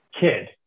kid